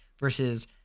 versus